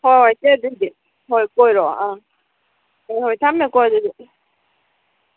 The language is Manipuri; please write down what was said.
ꯍꯣꯏ ꯍꯣꯏ ꯏꯆꯦ ꯑꯗꯨꯗꯤ ꯍꯣꯏ ꯀꯣꯏꯔꯛꯑꯣ ꯑꯥ ꯍꯣꯏ ꯍꯣꯏ ꯊꯝꯃꯦꯀꯣ ꯑꯗꯨꯗꯤ